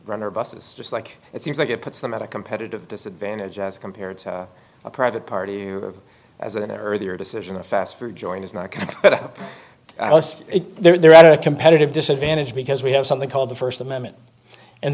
our buses just like it seems like it puts them at a competitive disadvantage as compared to a private party or as an earlier decision a fast food joint is not going to get up there at a competitive disadvantage because we have something called the st amendment and